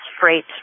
freight